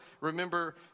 remember